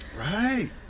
right